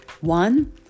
One